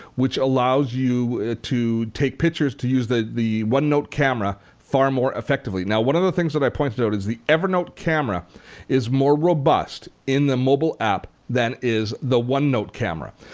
which allows you to take pictures to use the the one note camera far more effectively. now one of the things that i pointed out is the evernote camera is more robust in the mobile app than is the one note camera,